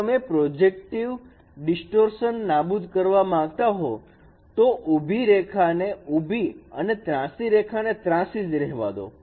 જો તમે projective distortion નાબૂદ કરવા માંગતા હોવ તો ઉભી રેખા ને ઊભી અને ત્રાસી રેખા ને ત્રાસી જ રહેવા દો